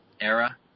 era